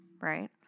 right